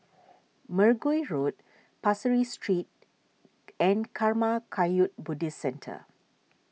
Mergui Road Pasir Ris Street and Karma Kagyud Buddhist Centre